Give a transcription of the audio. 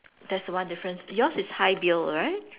that's one difference yours is hi Bill right